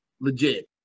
legit